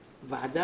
ועבודה,